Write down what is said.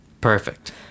Perfect